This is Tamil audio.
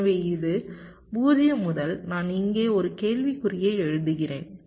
எனவே இது 0 முதல் நான் இங்கே ஒரு கேள்விக்குறியை எழுதுகிறேன்